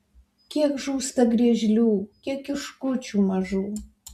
kiek žūsta griežlių kiek kiškučių mažų